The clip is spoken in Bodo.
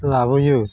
लाबोयो